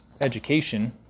education